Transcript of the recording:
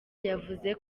yavuze